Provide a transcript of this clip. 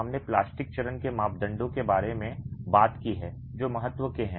हमने प्लास्टिक चरण के मापदंडों के बारे में बात की है जो महत्व के हैं